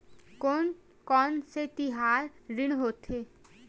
कोन कौन से तिहार ऋण होथे?